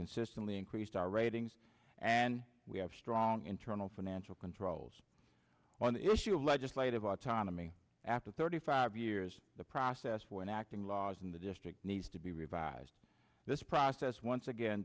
consistently increased our ratings and we have strong internal financial controls on the issue of legislative autonomy after thirty five years the process for acting laws in the district needs to be revised this process once again